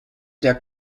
der